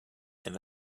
and